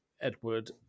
Edward